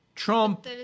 Trump